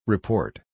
Report